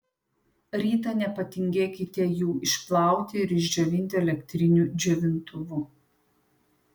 rytą nepatingėkite jų išplauti ir išdžiovinti elektriniu džiovintuvu